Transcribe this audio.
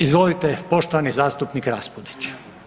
Izvolite poštovani zastupnik RAspudić.